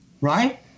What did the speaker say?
Right